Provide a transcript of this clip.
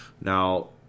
Now